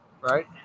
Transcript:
Right